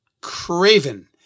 Craven